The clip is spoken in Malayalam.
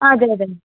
അതെ അതെ